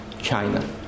China